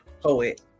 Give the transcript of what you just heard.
poet